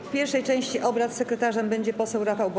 W pierwszej części obrad sekretarzem będzie poseł Rafał Bochenek.